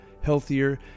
healthier